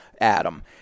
Adam